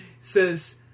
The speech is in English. says